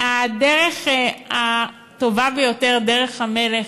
הדרך הטובה ביותר, דרך המלך,